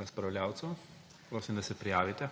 razpravljavcev. Prosim, da se prijavite.